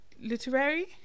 Literary